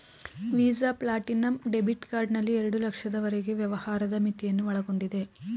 visa platinum debit card ನಲ್ಲಿ ಎರಡು ಲಕ್ಷದವರೆಗೆ ವ್ಯವಹಾರದ ಮಿತಿಯನ್ನು ಒಳಗೊಂಡಿದೆ